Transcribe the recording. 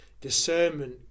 discernment